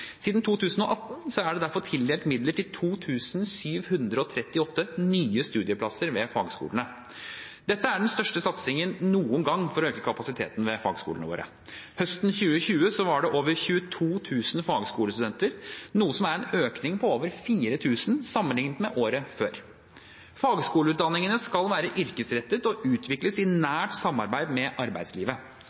Siden 2018 er det derfor tildelt midler til 2 738 nye studieplasser ved fagskolene. Dette er den største satsingen noen gang for å øke kapasiteten ved fagskolene våre. Høsten 2020 var det over 22 000 fagskolestudenter, noe som er en økning på over 4 000 sammenlignet med året før. Fagskoleutdanningene skal være yrkesrettede og utvikles i nært samarbeid med arbeidslivet.